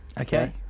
okay